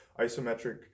isometric